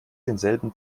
denselben